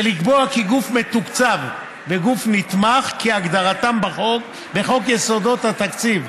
ולקבוע כי גוף מתוקצב וגוף נתמך כהגדרתם בחוק יסודות התקציב,